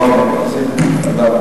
אוקיי.